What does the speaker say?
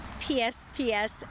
PSPS